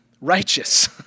righteous